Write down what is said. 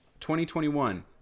2021